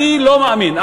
אני לא מאמין.